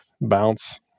bounce